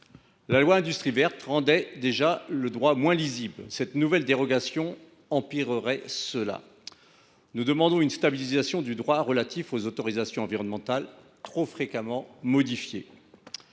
à l’industrie verte rendait déjà le droit moins lisible, et cette nouvelle dérogation empirerait cet état de fait. Nous demandons une stabilisation du droit relatif aux autorisations environnementales, trop fréquemment modifié.